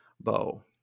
bow